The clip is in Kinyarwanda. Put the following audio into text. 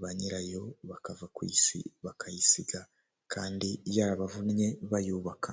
ba nyirayo bakava ku isi bakayisiga kandi yabavunye bayubaka.